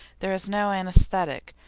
there is no anaesthetic,